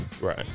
Right